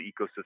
Ecosystem